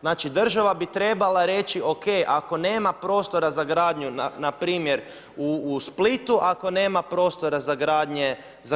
Znači država bi trebala reći ok ako nema prostora za gradnju npr. u Splitu, ako nema prostora za